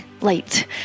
light